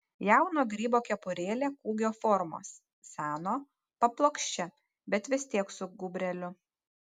jauno grybo kepurėlė kūgio formos seno paplokščia bet vis tiek su gūbreliu